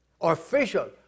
official